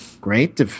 Great